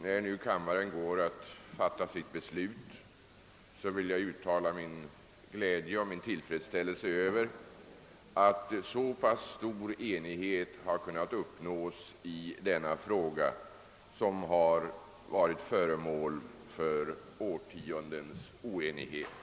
När nu kammaren går att fatta sitt beslut, vill jag uttala min glädje och min tillfredsställelse över att så pass stor enighet har kunnat uppnås i denna fråga, som har varit föremål för årtiondens oenighet.